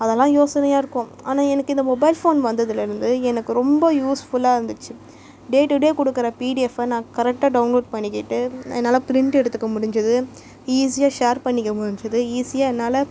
அதெல்லாம் யோசனையாக இருக்கும் ஆனால் எனக்கு இந்த மொபைல் ஃபோன் வந்ததில் இருந்து எனக்கு ரொம்ப யூஸ்ஃபுல்லாக இருந்துச்சு டே டு டே கொடுக்குற பிடிஎஃப்பை நான் கரெக்டாக டவுன்லோட் பண்ணிக்கிட்டு என்னால் ப்ரிண்ட் எடுத்துக்க முடிஞ்சுது ஈஸியாக ஷேர் பண்ணிக்க முடிஞ்சுது ஈஸியாக என்னால்